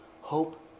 Hope